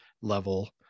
level